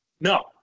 No